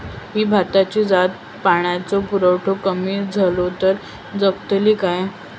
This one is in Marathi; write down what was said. ही भाताची जात पाण्याचो पुरवठो कमी जलो तर जगतली काय?